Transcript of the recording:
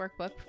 workbook